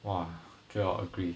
!wah! 这个我 agree